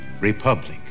republic